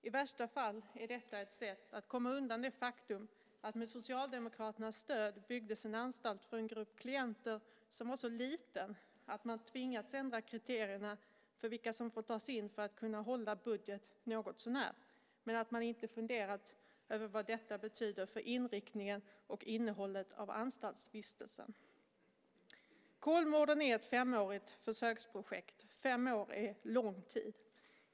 I värsta fall är detta ett sätt att komma undan det faktum att det med Socialdemokraternas stöd byggdes en anstalt för en grupp klienter som var så liten att man har tvingats ändra kriterierna för vilka som får tas in för att kunna hålla budget någotsånär men att man inte har funderat över vad detta betyder för inriktningen på och innehållet i anstaltsvistelsen. Kolmården är ett femårigt försöksprojekt. Fem år är en lång tid.